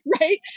right